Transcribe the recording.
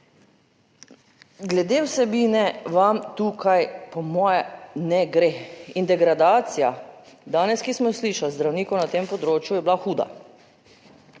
Glede vsebine vam tukaj po moje ne gre in degradacija danes, ki smo jo slišali, zdravnikov na tem področju je bila huda.